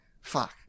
fuck